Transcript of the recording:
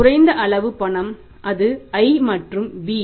குறைந்த அளவு பணம் அது i மற்றும் b